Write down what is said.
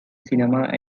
cinema